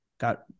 Got